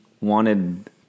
wanted